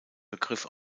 begriff